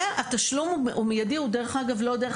והתשלום הוא מיידי הוא דרך אגב לא דרך